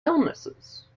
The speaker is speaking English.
illnesses